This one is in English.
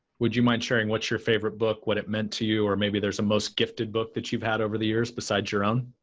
would you mind sharing what your favorite book, what it meant to you, or maybe there's a most gifted book that you've had over the years beside your own?